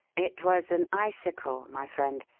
it was an icicle, my friend,